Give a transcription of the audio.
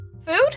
food